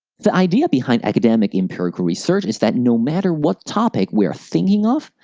the idea behind academic empirical research is that no matter what topic we are thinking of,